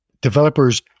developers